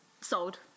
Sold